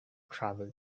travel